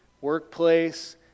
workplace